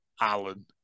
Alan